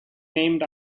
named